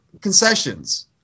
concessions